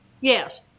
Yes